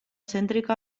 cèntrica